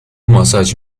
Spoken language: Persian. ماساژ